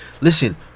listen